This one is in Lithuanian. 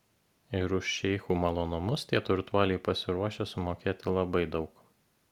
ir už šeichų malonumus tie turtuoliai pasiruošę sumokėti labai daug